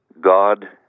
God